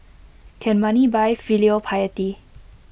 can money buy filial piety